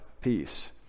peace